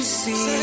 see